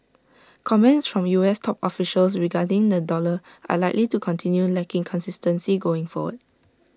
comments from U S top officials regarding the dollar are likely to continue lacking consistency going forward